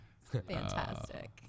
fantastic